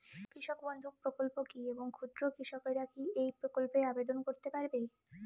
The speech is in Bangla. কৃষক বন্ধু প্রকল্প কী এবং ক্ষুদ্র কৃষকেরা কী এই প্রকল্পে আবেদন করতে পারবে?